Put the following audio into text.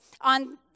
on